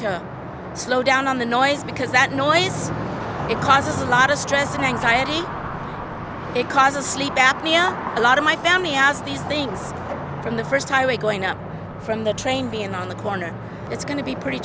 to slow down on the noise because that noise it causes a lot of stress and anxiety it causes sleep apnea a lot of my family as these things from the first highway going up from the train being on the corner it's going to be pretty